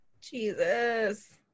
Jesus